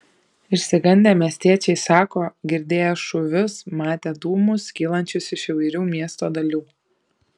išsigandę miestiečiai sako girdėję šūvius matę dūmus kylančius iš įvairių miesto dalių